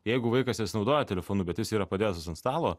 jeigu vaikas nesinaudoja telefonu bet jis yra padėtas ant stalo